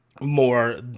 more